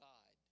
God